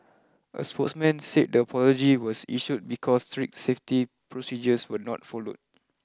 a spokesman said the apology was issued because strict safety procedures were not followed